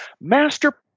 Master